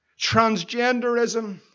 Transgenderism